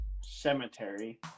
cemetery